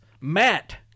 Matt